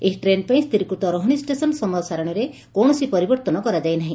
ଏହି ଟ୍ରେନ୍ ପାଇଁ ସ୍ଥିରୀକୃତ ରହଣୀ ଷେସନ ସମୟ ସାରଣୀରେ କୌଣସି ପରିବର୍ଭନ କରାଯାଇନାହି